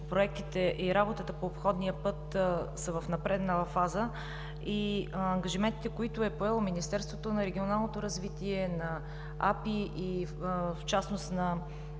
проектите и работата по обходния път са в напреднала фаза и ангажиментите, които е поело Министерството на регионалното развитие, на АПИ и в частност на